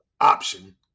option